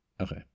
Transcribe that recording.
Okay